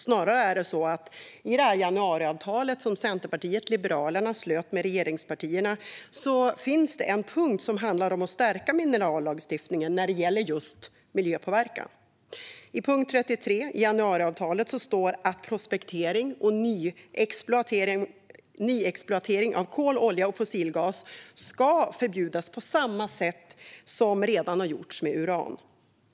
Snarare är det så att i det januariavtal som Centerpartiet och Liberalerna slöt med regeringspartierna finns en punkt som handlar om att stärka minerallagstiftningen när det gäller just miljöpåverkan. I punkt 33 i januariavtalet står att prospektering och nyexploatering av kol, olja och fossilgas ska förbjudas på samma sätt som redan har gjorts med uran.